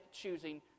choosing